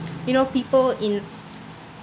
you know people in